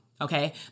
Okay